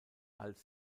als